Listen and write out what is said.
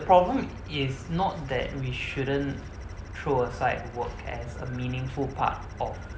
problem is not that we shouldn't throw aside work as a meaningful part of